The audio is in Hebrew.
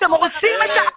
אתם הורסים את ה --- קרן,